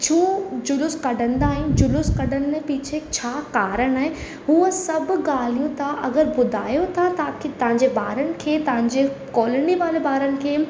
छो जुलूस कढंदा आहिनि जुलूस कढण में पीछे छा कारणि आहे हूअ सभु ॻाल्हियूं तव्हां अगरि ॿुधायो था की तव्हांजे ॿारनि की तव्हांजो कोलोनी वारे ॿारनि खे